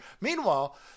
Meanwhile